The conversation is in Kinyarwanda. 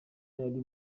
yari